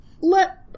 let